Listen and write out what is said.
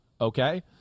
okay